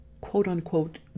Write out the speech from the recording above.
quote-unquote